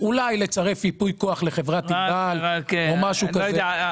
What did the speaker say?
אולי לצרף ייפוי כוח לחברת ענבל או משהו כזה.